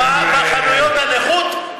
בחנויות הנוחות?